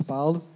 Paulo